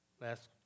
last